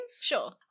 Sure